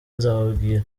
nzababwira